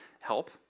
help